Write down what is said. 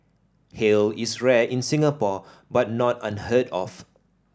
hail is rare in Singapore but not unheard of